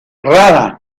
rara